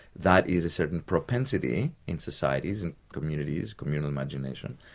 that is a certain propensity in societies and communities, communal imagination,